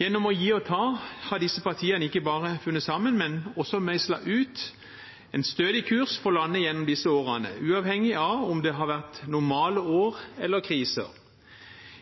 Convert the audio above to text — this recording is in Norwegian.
Gjennom å gi og ta har disse partiene ikke bare funnet sammen, men også meislet ut en stødig kurs for landet gjennom disse årene, uavhengig av om det har vært normale år eller kriser.